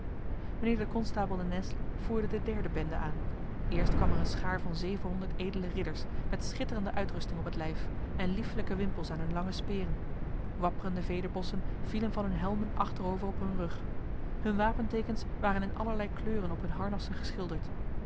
mijnheer de konstabel de nesle voerde de derde bende aan eerst kwam er een schaar van zevenhonderd edele ridders met schitterende uitrusting op het lijf en liefelijke wimpels aan hun lange speren wapperende vederbossen vielen van hun helmen achterover op hun rug hun wapentekens waren in allerlei kleuren op hun harnassen geschilderd